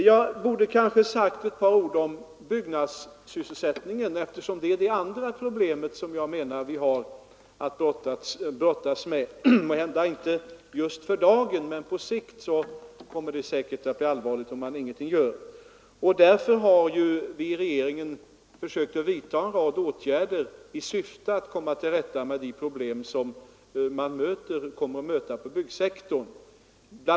Jag borde kanske ha sagt också ett par ord om byggnadssysselsättningen, som jag menar är det andra problemet vi har att brottas med. Måhända är det inte akut för dagen, men på sikt blir det säkerligen allvarligt om ingenting görs i frågan. Vi har därför i regeringen försökt att vidta en rad åtgärder i syfte att komma till rätta med de problem som man kommer att möta inom byggsektorn. Bl.